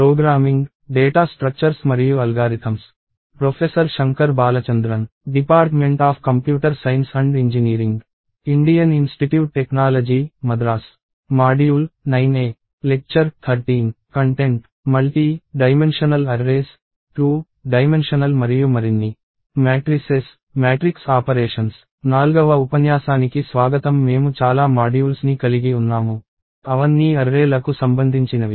multi dimensional arrays two dimensional మరియు మరిన్ని matrices matrix operations 4 వ ఉపన్యాసానికి స్వాగతం మేము చాలా మాడ్యూల్స్ ని కలిగి ఉన్నాము అవన్నీ అర్రే ల కు సంబంధించినవి